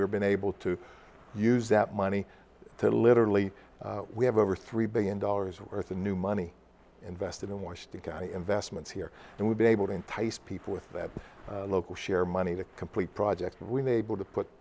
we've been able to use that money to literally we have over three billion dollars worth of new money invested in wash the guy investments here and we've been able to entice people with that local share money to complete projects and when they go to put